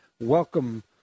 welcome